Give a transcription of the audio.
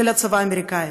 של הצבא האמריקני,